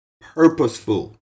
purposeful